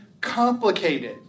complicated